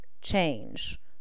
change